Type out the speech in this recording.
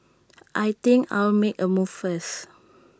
I think I'll make A move first